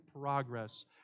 progress